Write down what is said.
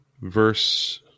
Verse